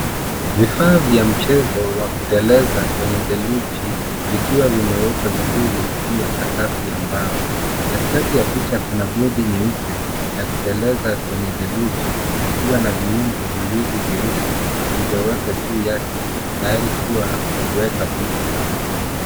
Vifaa vya mchezo wa kuteleza kwenye theluji vikiwa vimewekwa vizuri juu ya sakafu ya mbao. Katikati ya picha kuna bodi nyeupe ya kuteleza kwenye theluji ikiwa na viungo viwili vyeusi vilivyowekwa juu yake tayari kuwa kuweka buti.